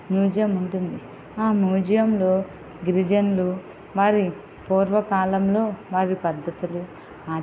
museum ఉంటుంది ఆ మ్యూజియంలో గిరిజనులు వారి పూర్వకాలంలో వారి పద్ధతులు